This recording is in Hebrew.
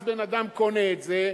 אז בן-אדם קונה את זה.